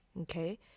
Okay